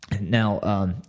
now